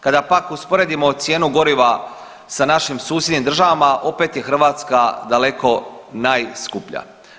Kada pak usporedimo cijenu goriva sa našim susjednim državama opet je Hrvatska daleko najskuplja.